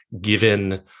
Given